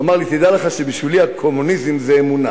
הוא אמר לי: תדע לך שבשבילי הקומוניזם זה אמונה.